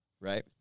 right